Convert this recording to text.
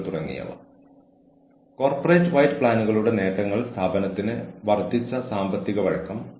കൂടാതെ നഷ്ടപരിഹാരത്തെ സംബന്ധിച്ചിടത്തോളം മനസ്സിലാക്കിയ അനീതിയുമായി ബന്ധപ്പെട്ട കൂടുതൽ പ്രശ്നങ്ങൾ തടയാൻ അത് സഹായിക്കും